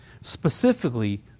Specifically